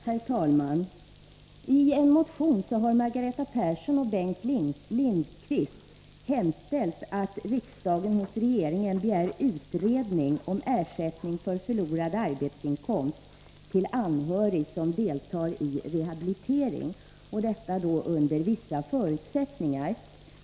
Herr talman! I en motion har Margareta Persson och Bengt Lindqvist hemställt att riksdagen hos regeringen begär en utredning om ersättning för förlorad arbetsinkomst till anhörig som deltar i rehabilitering — och detta under vissa förutsättningar.